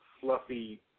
fluffy